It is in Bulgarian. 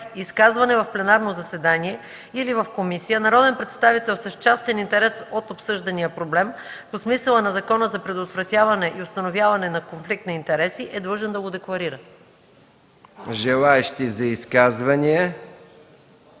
изказване в пленарно заседание или в комисия народен представител с частен интерес от обсъждания проблем по смисъла на Закона за предотвратяване и установяване на конфликт на интереси е длъжен да го декларира.” ПРЕДСЕДАТЕЛ